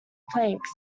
planks